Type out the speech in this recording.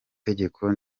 tegeko